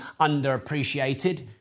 underappreciated